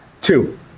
Two